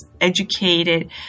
educated